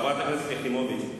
חברת הכנסת יחימוביץ,